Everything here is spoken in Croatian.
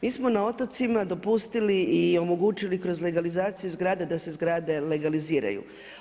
Mi smo na otocima dopustili i omogućili kroz legalizaciju zgrada da se zgrade legaliziraju.